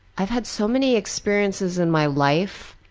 i ve had so many experiences in my life